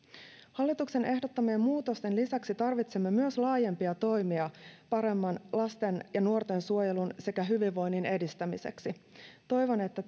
hallituksen ehdottamien muutosten lisäksi tarvitsemme myös laajempia toimia paremman lasten ja nuorten suojelun sekä hyvinvoinnin edistämiseksi toivon että